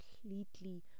completely